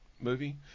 Movie